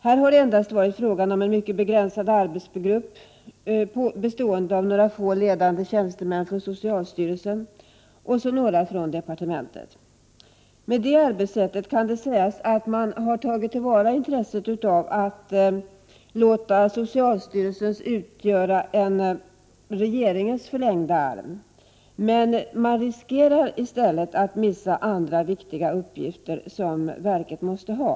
Här har det endast varit fråga om en mycket begränsad arbetsgrupp bestående av några få ledande tjänstemän från socialstyrelsen och några från departementet. Med det arbetssättet kan det sägas att man tagit till vara intresset av socialstyrelsen skall utgöra en regeringens förlängda arm, men man riskerar i stället att missa andra viktiga uppgifter som verket måste ha.